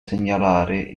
segnalare